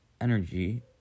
energy